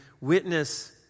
witness